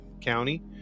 county